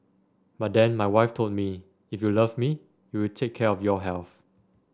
but then my wife told me if you love me you will take care of your health